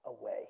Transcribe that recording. away